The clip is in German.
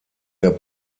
der